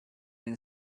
been